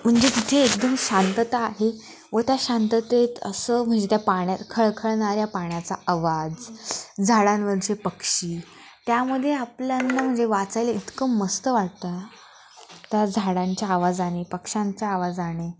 म्हणजे तिथे एकदम शांतता आहे व त्या शांततेत असं म्हणजे त्या पाण्या खळखळणाऱ्या पाण्याचा आवाज झाडांवरचे पक्षी त्यामध्ये आपल्याला म्हणजे वाचायला इतकं मस्त वाटतं ना त्या झाडांच्या आवाजाने पक्ष्यांच्या आवाजाने